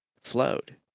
Flowed